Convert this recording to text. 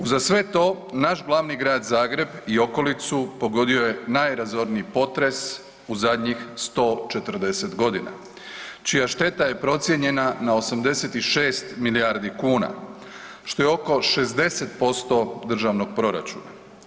Uza sve to naš glavni grad Zagreb i okolicu pogodio je najrazorniji potres u zadnjih 140 godina čija šteta je procijenjena na 86 milijardi kuna što je oko 60% državnog proračuna.